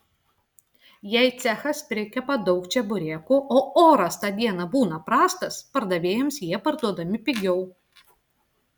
jei cechas prikepa daug čeburekų o oras tą dieną būna prastas pardavėjams jie parduodami pigiau